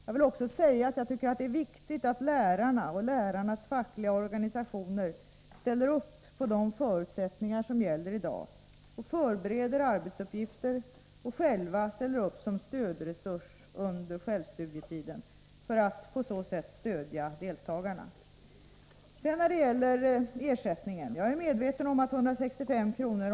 Jag vill också säga att jag tycker att det är viktigt att lärarna och deras fackliga organisationer ställer upp på de förutsättningar som gäller i dag, att de förbereder arbetsuppgifter och medverkar som stödresurs under själva studietiden, för att på så sätt stödja deltagarna. Jag är medveten om att 165 kr.